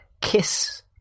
kiss